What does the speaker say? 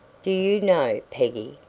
do you know, peggy,